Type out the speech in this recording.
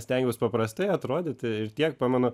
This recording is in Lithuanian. stengiaus paprastai atrodyti ir tiek pamenu